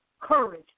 courage